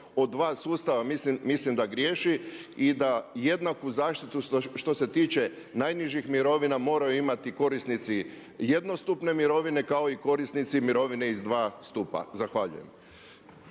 o dva sustava mislim da griješi. I da jednaku zaštitu što se tiče najnižih mirovina moraju imati korisnici jednostupne mirovine kao i korisnici mirovine iz dva stupa. Zahvaljujem.